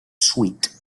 suite